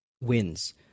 wins